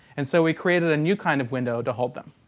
and so we created a new kind of window to hold them.